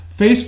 Facebook